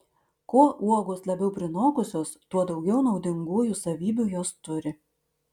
kuo uogos labiau prinokusios tuo daugiau naudingųjų savybių jos turi